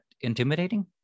intimidating